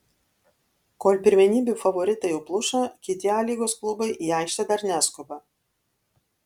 kol pirmenybių favoritai jau pluša kiti a lygos klubai į aikštę dar neskuba